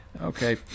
Okay